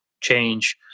change